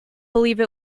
believe